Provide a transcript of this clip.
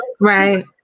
Right